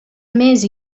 més